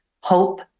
hope